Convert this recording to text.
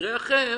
מקרה אחר